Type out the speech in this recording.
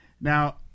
now